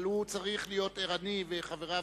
אבל הוא צריך להיות ערני וגם חבריו,